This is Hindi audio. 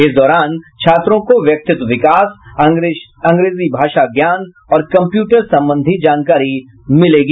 इस दौरान छात्रों को व्यक्तितव विकास अंग्रेजी भाषा ज्ञान और कम्प्यूटर संबंधी जानकारी मिलेगी